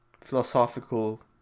philosophical